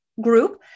group